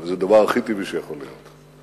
וזה הדבר הכי טבעי שיכול להיות.